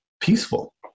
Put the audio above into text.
peaceful